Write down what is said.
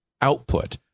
output